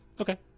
Okay